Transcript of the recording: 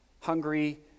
hungry